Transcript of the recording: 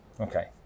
Okay